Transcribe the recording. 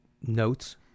notes